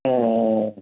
ஆ ஆ ஆ